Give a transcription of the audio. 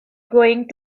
going